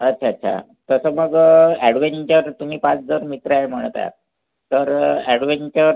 अच्छा अच्छा तसं मग ॲडवेंचर तुम्ही पाच जण मित्र आहे म्हणत आहात तर ॲडवेंचर